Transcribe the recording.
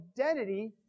identity